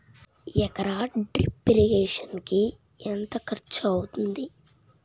ఎకర drip irrigation కి ఎంత ఖర్చు అవుతుంది?